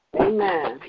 amen